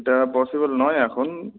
এটা পসিবল নয় এখন